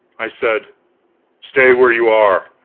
i said stay where you are.